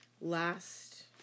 last